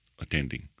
attending